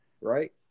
right